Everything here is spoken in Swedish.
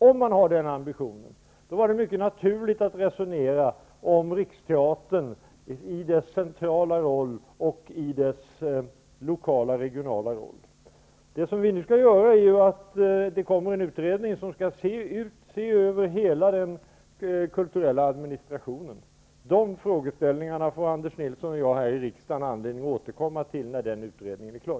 Om man har den ambitionen, var det mycket naturligt att resonera om Riksteatern i dess centrala roll och i dess lokala/regionala roll. Det kommer nu en utredning som skall se över hela den kulturella administrationen. De frågeställningarna får Anders Nilsson och jag här i riksdagen anledning att återkomma till när utredningen är klar.